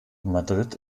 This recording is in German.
madrid